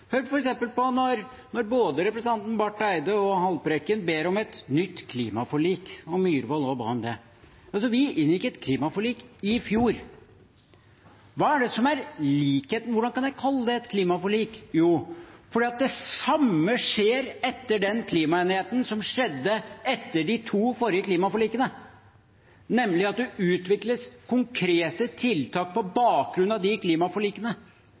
Barth Eide og Haltbrekken – Myhrvold ba også om det – om et nytt klimaforlik. Men vi inngikk jo et klimaforlik i fjor. Hvordan kan jeg kalle det for et klimaforlik? Jo, fordi det samme skjer etter den klimaenigheten som skjedde etter de to forrige klimaforlikene, nemlig at det utvikles konkrete tiltak på bakgrunn av de klimaforlikene.